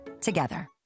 together